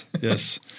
yes